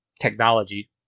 technology